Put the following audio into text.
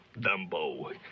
Dumbo